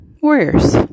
Warriors